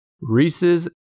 Reese's